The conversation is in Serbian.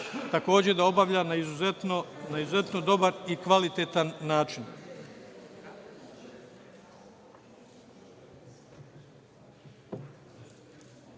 takođe da obavlja na izuzetno dobar i kvalitetan